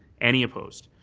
any opposed.